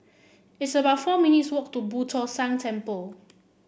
it's about four minutes' walk to Boo Tong San Temple